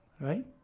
Right